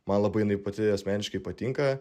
man labai jinai pati asmeniškai patinka